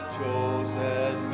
chosen